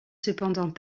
cependant